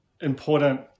important